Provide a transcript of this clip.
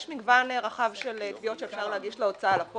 יש מגוון רחב של תביעות שאפשר להגיש להוצאה לפועל,